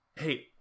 Hey